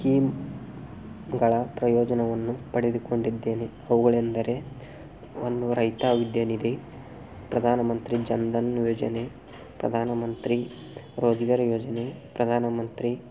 ಸ್ಕೀಮ್ಗಳ ಪ್ರಯೋಜನವನ್ನು ಪಡೆದುಕೊಂಡಿದ್ದೇನೆ ಅವುಗಳೆಂದರೆ ಒಂದು ರೈತ ವಿದ್ಯಾನಿಧಿ ಪ್ರಧಾನಮಂತ್ರಿ ಜನ್ಧನ್ ಯೋಜನೆ ಪ್ರಧಾನಮಂತ್ರಿ ರೋಜ್ಗಾರ್ ಯೋಜನೆ ಪ್ರಧಾನಮಂತ್ರಿ